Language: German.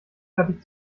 fertig